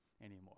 anymore